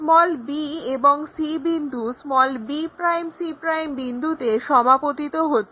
b এবং c বিন্দু bc বিন্দুতে সমাপতিত হচ্ছে